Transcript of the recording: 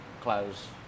close